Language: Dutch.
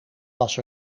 was